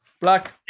Black